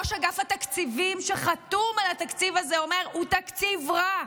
ראש אגף התקציבים שחתום על התקציב הזה אומר: הוא תקציב רע,